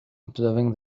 observing